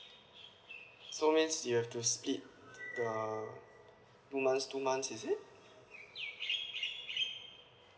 so means you have to split the two months two months is it